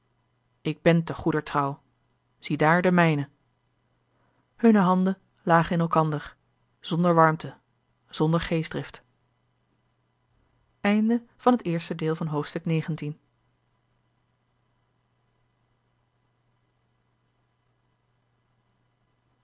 ik ben ter goeder trouw ziedaar de mijne hunne handen lagen in elkander zonder warmte zonder geestdrift